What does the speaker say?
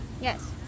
Yes